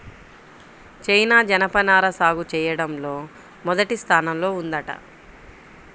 China జనపనార సాగు చెయ్యడంలో మొదటి స్థానంలో ఉందంట